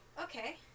Okay